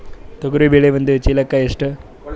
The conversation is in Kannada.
ತೊಗರಿ ಬೇಳೆ ಒಂದು ಚೀಲಕ ಎಷ್ಟು?